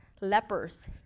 lepers